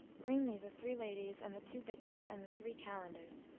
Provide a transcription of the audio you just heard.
bring me the three ladies and the two bitches and the three kalandars.